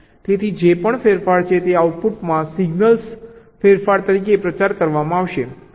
તેથી જે પણ ફેરફાર છે તે આઉટપુટમાં સિગ્નલ ફેરફાર તરીકે પ્રચાર કરવામાં આવશે